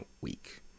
week